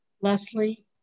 Leslie